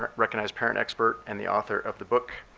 um recognized parent expert and the author of the book,